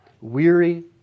weary